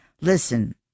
Listen